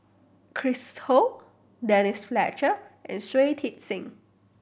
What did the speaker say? Chris Ho Denise Fletcher and Shui Tit Sing